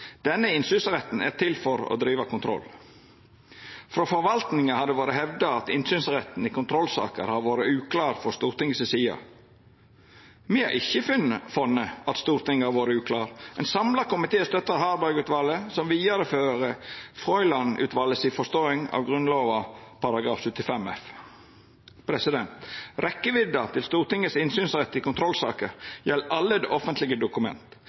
Denne innsynsretten er til for å driva kontroll. Frå forvaltinga har det vore hevda at innsynsretten i kontrollsaker har vore uklar frå Stortinget si side. Me har ikkje funne at Stortinget har vore uklar. Ein samla komité støttar Harberg-utvalet, som vidarefører Frøiland-utvalet si forståing av Grunnlova § 75 f. Rekkjevidda av Stortingets innsynsrett i kontrollsaker gjeld alle offentlege dokument.